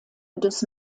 des